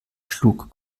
schlug